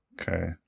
okay